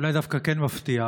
אולי דווקא כן מפתיע,